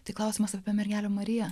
tai klausimas apie mergelę mariją